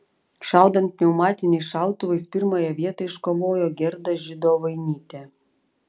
šaudant pneumatiniais šautuvais pirmąją vietą iškovojo gerda židovainytė